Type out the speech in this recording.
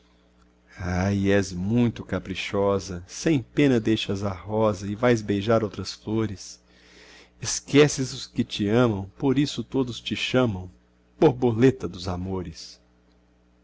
ai és muito caprichosa sem pena deixas a rosa e vais beijar outras flores esqueces os que te amam por isso todos te chamam borboleta dos amores